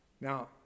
Now